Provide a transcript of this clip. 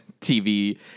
TV